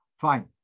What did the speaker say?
Fine